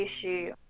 issue